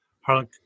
Harlan